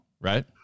right